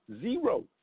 Zero